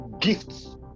gifts